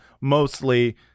mostly